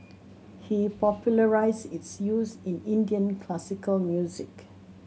he popularised its use in Indian classical music